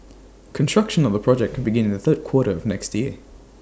construction on the project could begin in the third quarter of next year